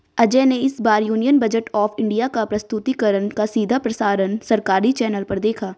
अजय ने इस बार यूनियन बजट ऑफ़ इंडिया का प्रस्तुतिकरण का सीधा प्रसारण सरकारी चैनल पर देखा